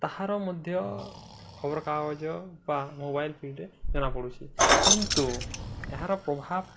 ତାହାର ମଧ୍ୟ ଖବରକାଗଜ ବା ମୋବାଇଲ ଫିଡ଼୍ରେ ଜଣାପଡ଼ୁଛି କିନ୍ତୁ ଏହାର ପ୍ରଭାବ